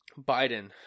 Biden